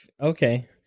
Okay